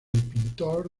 pintor